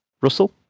Russell